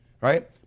right